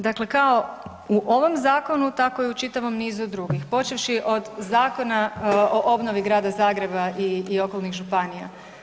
Dakle, kao u ovom zakonu tako i u čitavom nizu drugih, počevši od Zakona o obnovi Grada Zagreba i okolnih županija.